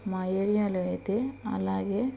మా ఏరియాలో అయితే అలాగే